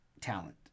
talent